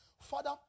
father